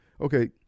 Okay